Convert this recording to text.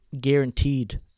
guaranteed